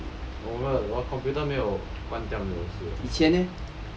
我的我 computer 没有关掉没有事的